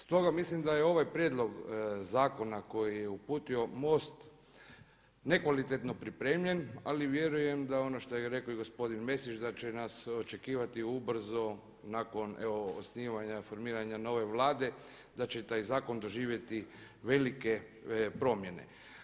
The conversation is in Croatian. Stoga mislim da je ovaj prijedlog zakona koji je uputio MOST nekvalitetno pripremljen ali vjerujem da ono što je i rekao gospodin Mesić da će nas očekivati ubrzo nakon evo osnivanja, formiranja nove Vlade da će taj zakon doživjeti velike promjene.